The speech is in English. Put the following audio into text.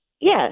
Yes